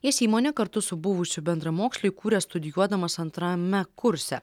jis įmonę kartu su buvusiu bendramoksliu įkūrė studijuodamas antrame kurse